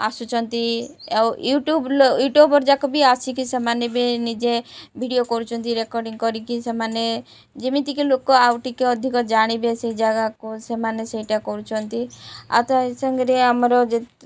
ଆସୁଛନ୍ତି ଆଉ ୟୁଟ୍ୟୁବ ୟୁଟ୍ୟୁବର ଯାକ ବି ଆସିକି ସେମାନେ ବି ନିଜେ ଭିଡ଼ିଓ କରୁଛନ୍ତି ରେକର୍ଡ଼ିଂ କରିକି ସେମାନେ ଯେମିତିକି ଲୋକ ଆଉ ଟିକେ ଅଧିକ ଜାଣିବେ ସେ ଜାଗାକୁ ସେମାନେ ସେଇଟା କରୁଛନ୍ତି ଆଉ ତା ସାଙ୍ଗରେ ଆମର